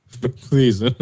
Please